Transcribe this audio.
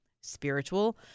spiritual